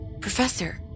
Professor